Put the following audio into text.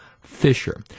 Fisher